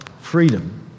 Freedom